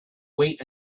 wait